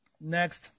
Next